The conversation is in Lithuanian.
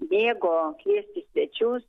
mėgo kviestis svečius